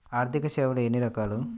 ఆర్థిక సేవలు ఎన్ని రకాలు?